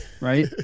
Right